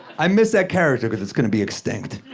i miss that character cause it's gonna be extinct.